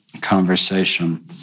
conversation